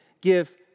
give